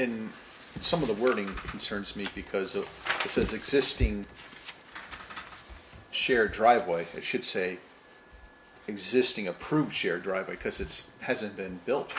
in some of the wording concerns me because of its existing shared driveway it should say existing approved share drive because it's hasn't been built